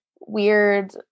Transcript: weird